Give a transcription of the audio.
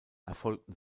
erfolgten